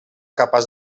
capaç